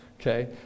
Okay